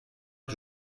que